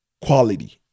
quality